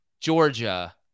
Georgia